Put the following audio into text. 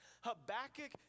Habakkuk